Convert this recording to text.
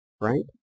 right